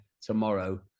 tomorrow